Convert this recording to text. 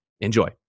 Enjoy